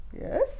yes